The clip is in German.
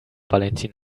valentin